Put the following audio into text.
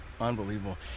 unbelievable